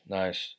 nice